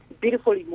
beautiful